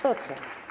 Po co?